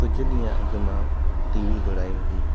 कुझु ॾींहं अॻु मां टी वी घुराई हुई